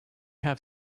have